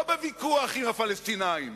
לא בוויכוח עם הפלסטינים.